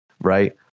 right